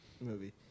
movie